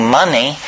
money